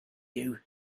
you